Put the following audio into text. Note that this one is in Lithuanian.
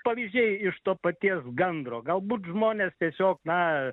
pavyzdžiai iš to paties gandro galbūt žmonės tiesiog na